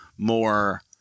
more